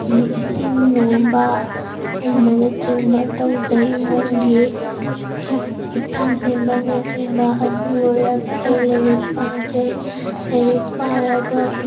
ꯏꯁꯤꯡ ꯅꯣꯝꯕ ꯎꯝꯕꯅꯆꯤꯡꯕ ꯇꯧꯖꯩ ꯏꯃꯨꯡꯒꯤ ꯑꯦꯟꯁꯥꯡ ꯁꯦꯝꯕꯅꯆꯤꯡꯕ ꯑꯗꯨ ꯂꯣꯏꯔꯒ ꯑꯩ ꯂꯥꯏꯔꯤꯛ ꯄꯥꯖꯩ ꯂꯥꯏꯔꯤꯛ ꯄꯥꯔꯒ